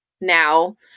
now